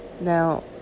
Now